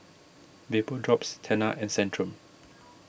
Vapodrops Tena and Centrum